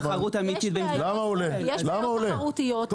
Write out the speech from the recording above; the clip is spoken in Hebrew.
יש בעיה, יש בעיות תחרותיות.